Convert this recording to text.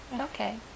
okay